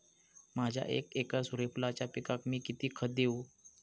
माझ्या एक एकर सूर्यफुलाच्या पिकाक मी किती खत देवू?